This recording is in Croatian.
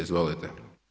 Izvolite.